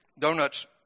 Donuts